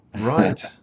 Right